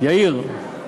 יאיר?